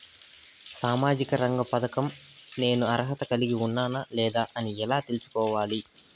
సామాజిక రంగ పథకం నేను అర్హత కలిగి ఉన్నానా లేదా అని ఎలా తెల్సుకోవాలి?